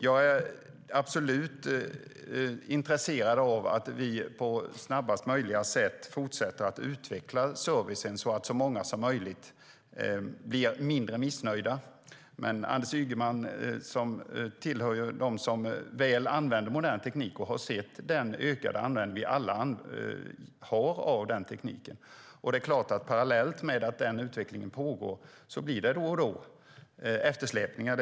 Jag är absolut intresserad av att vi på snabbast möjliga sätt fortsätter att utveckla servicen så att så många som möjligt blir mindre missnöjda. Anders Ygeman hör till dem som väl använder modern teknik och har sett den ökade användningen av tekniken. Parallellt med att den utvecklingen pågår blir det då och då eftersläpningar.